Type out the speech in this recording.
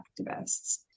activists